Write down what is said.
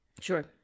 Sure